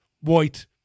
white